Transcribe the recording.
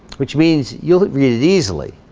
which means you'll it read it easily.